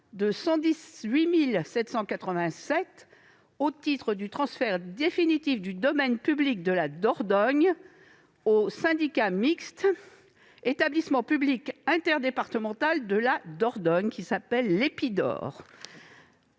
de 118 787 euros au titre du transfert définitif du domaine public de la Dordogne au syndicat mixte Établissement public interdépartemental de la Dordogne (Épidor)